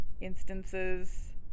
instances